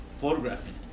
photographing